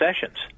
sessions